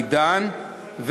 עידן,